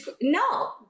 no